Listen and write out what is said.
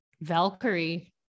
valkyrie